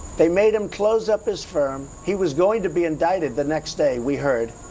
they made him close up his firm. he was going to be indicted the next day, we heard.